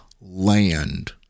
land